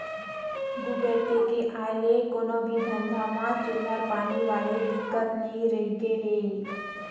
Google pay के आय ले कोनो भी धंधा म चिल्हर पानी वाले दिक्कत नइ रहिगे हे